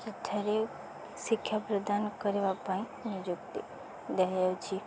ସେଠାରେ ଶିକ୍ଷା ପ୍ରଦାନ କରିବା ପାଇଁ ନିଯୁକ୍ତି ଦଆଯାଉଛି